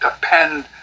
depend